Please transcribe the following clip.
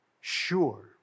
sure